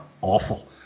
awful